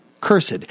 cursed